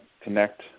connect